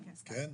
כן.